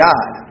God